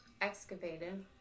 Excavated